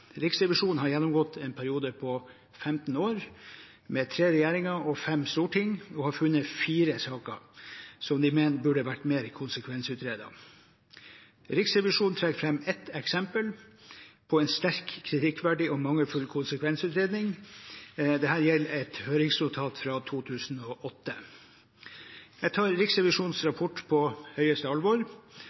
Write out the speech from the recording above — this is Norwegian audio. Riksrevisjonen har gjennomgått en periode på 15 år, med tre regjeringer og fem storting, og har funnet fire saker som de mener burde ha vært bedre konsekvensutredet. Riksrevisjonen trekker fram ett eksempel på en sterkt kritikkverdig og mangelfull konsekvensutredning. Dette gjelder et høringsnotat fra 2008. Jeg tar Riksrevisjonens rapport på største alvor